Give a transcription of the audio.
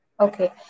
okay